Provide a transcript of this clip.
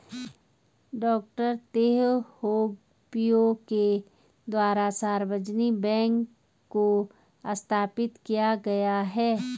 डॉ Teh Hong Piow के द्वारा सार्वजनिक बैंक को स्थापित किया गया है